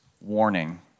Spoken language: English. warning